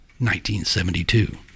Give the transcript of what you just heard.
1972